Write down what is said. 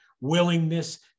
willingness